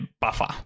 buffer